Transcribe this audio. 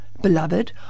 Beloved